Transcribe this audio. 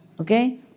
okay